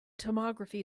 tomography